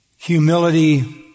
humility